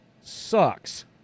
sucks